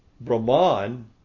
Brahman